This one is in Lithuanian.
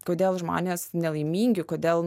kodėl žmonės nelaimingi kodėl